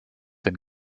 and